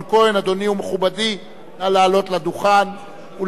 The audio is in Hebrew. אדוני ומכובדי, נא לעלות לדוכן ולהציג.